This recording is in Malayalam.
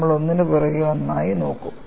നമ്മൾ ഒന്നിനു പുറകെ ഒന്നായി നോക്കും